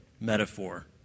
metaphor